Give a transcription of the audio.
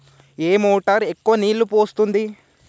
ఏ motor ఎక్కువ నీళ్లు పోస్తుంది?